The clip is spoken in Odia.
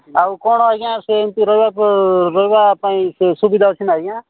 ଆଉ କ'ଣ ଆଜ୍ଞା ସେମତି ରହିବାକୁ ରହିବା ପାଇଁ ସୁବିଧା ଅଛି ନା ଆଜ୍ଞା